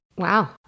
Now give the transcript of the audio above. Wow